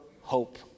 hope